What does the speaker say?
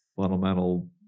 fundamental